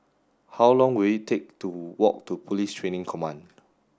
how long will it take to walk to Police Training Command